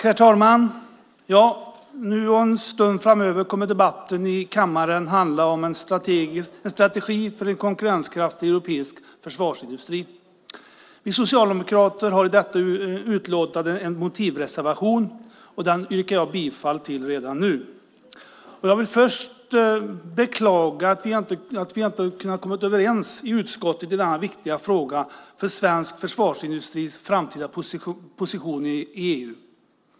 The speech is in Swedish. Herr talman! Nu och en stund framöver kommer debatten i kammaren att handla om en strategi för en konkurrenskraftig europeisk försvarsindustri. Vi socialdemokrater har till detta utlåtande en motivreservation, och den yrkar jag bifall till redan nu. Jag vill först beklaga att vi inte har kunnat komma överens i utskottet i denna viktiga fråga för svensk försvarsindustris framtida position i EU.